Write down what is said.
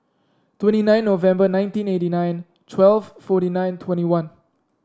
twenty nine November nineteen eighty nine twelve forty nine twenty one